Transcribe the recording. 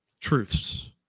truths